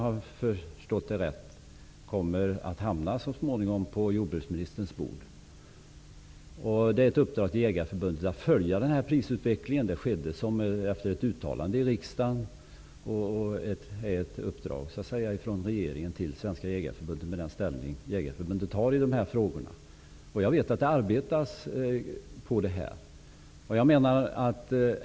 Resultatet kommer så småningom att hamna på jordbruksministerns bord, om jag har förstått saken rätt. Efter ett uttalande i riksdagen gav regeringen Svenska Jägarförbundet uppdraget, med hänsyn till förbundets ställning i dessa frågor. Jag vet att man nu arbetar med detta.